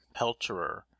pelterer